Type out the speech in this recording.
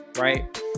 right